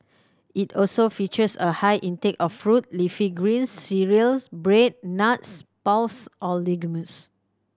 it also features a high intake of fruit leafy greens cereals bread nuts pulse or legumes